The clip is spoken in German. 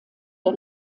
der